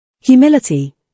Humility